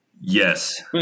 Yes